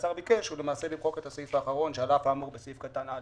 השר ביקש למחוק את הסעיף האחרון של "על אף האמור בסעיף קטן (א),